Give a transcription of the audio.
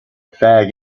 fag